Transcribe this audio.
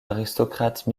aristocrates